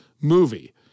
movie